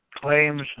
claims